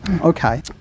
Okay